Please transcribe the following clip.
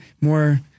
more